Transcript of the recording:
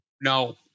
No